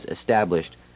established